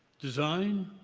design,